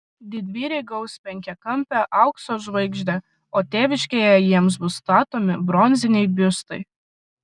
didvyriai gaus penkiakampę aukso žvaigždę o tėviškėje jiems bus statomi bronziniai biustai